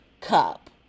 cup